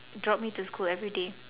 drop me to school every day